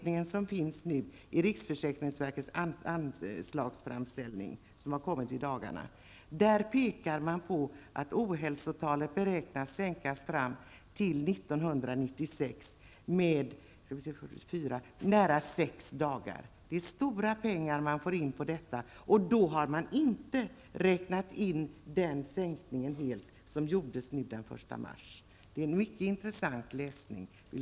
I den beräkning som riksförsäkringsverket har lagt fram i sin anslagsframställan, som kom nu i dagarna, pekar verket på att ohälsotalet beräknas sänkas fram till 1996 med sex dagar. Stora pengar tas in på detta. Då har inte den sänkning som gjordes den 1 mars räknats in. Det är en mycket intressant läsning.